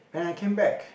and I came back